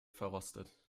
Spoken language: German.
verrostet